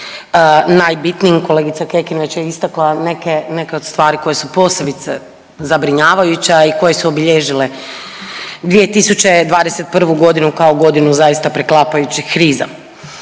najbitnijim. Kolegica Kekin već je istakla neke, neke od stvari koje su posebice zabrinjavajuće, a i koje su obilježile 2021. godinu kao godinu zaista preklapajućih kriza.